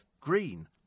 green